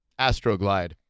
AstroGlide